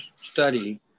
study